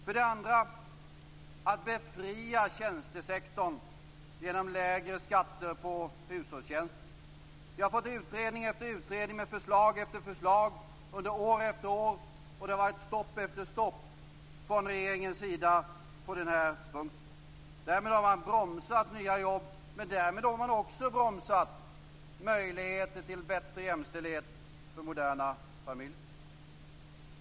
För det andra: att befria tjänstesektorn genom lägre skatter på hushållstjänster. Vi har fått utredning efter utredning med förslag efter förslag under år efter år. Det har varit stopp efter stopp från regeringens sida på den punkten. Därmed har man bromsat nya jobb, men därmed har man också bromsat möjligheter till bättre jämställdhet för moderna familjer.